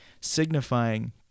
signifying